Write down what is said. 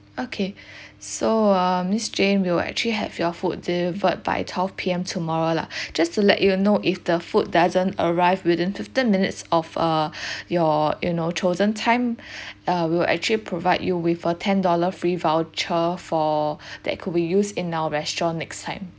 okay so uh miss jane we'll actually have your food delivered by twelve P_M tomorrow lah just to let you know if the food doesn't arrive within fifteen minutes of uh your you know chosen time uh we will actually provide you with a ten dollar free voucher for that could be used in our restaurant next time